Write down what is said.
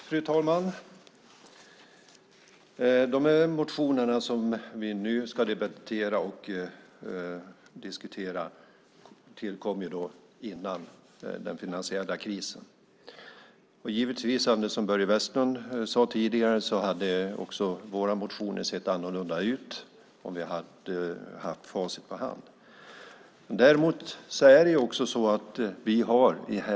Fru talman! De motioner som vi nu ska debattera och diskutera tillkom före den finansiella krisen. Givetvis hade också våra motioner sett annorlunda ut, som Börje Vestlund sade tidigare, om vi hade haft facit i hand.